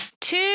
Two